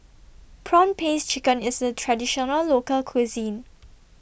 Prawn Paste Chicken IS A Traditional Local Cuisine